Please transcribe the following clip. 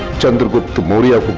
chandragupta maurya.